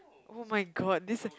[oh]-my-god this one